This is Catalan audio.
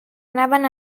anaven